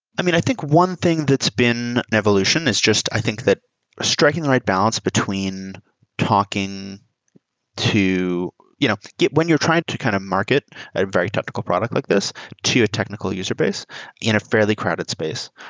i mean, i think one thing that's been an evolution is just i think that striking the right balance between talking to you know when you're trying to kind of market a very technical product like this to a technical user base in a fairly crowded space.